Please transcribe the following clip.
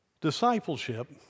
Discipleship